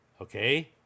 Okay